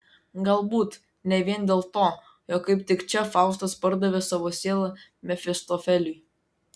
galbūt ne vien dėl to jog kaip tik čia faustas pardavė savo sielą mefistofeliui